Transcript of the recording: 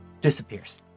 Disappears